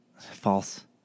False